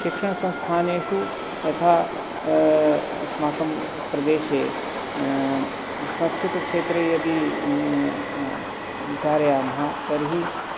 शिक्षणसंस्थानेषु यथा अस्माकं प्रदेशे संस्कृतक्षेत्रे यदि विचारयामः तर्हि